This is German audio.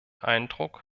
eindruck